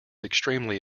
extremely